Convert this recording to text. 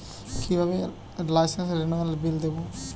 কিভাবে লাইসেন্স রেনুয়ালের বিল দেবো?